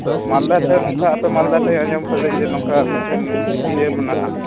ᱛᱚ ᱢᱟᱞᱫᱟ ᱴᱷᱮᱱ ᱚᱱᱠᱟ ᱟᱯᱮ ᱢᱟᱞᱫᱟ ᱴᱷᱮᱱ ᱟᱡᱚᱢ ᱟᱠᱟᱫᱟᱹᱧ ᱡᱮ ᱱᱚᱝᱠᱟ ᱢᱤᱫᱴᱮᱱ ᱤᱭᱟᱹ ᱢᱮᱱᱟᱜᱼᱟ